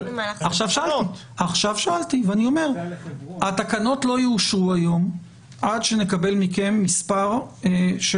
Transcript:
עכשיו שאלתי ואני אומר: התקנות לא יאושרו היום עד שנקבל מכם מספר של